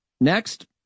Next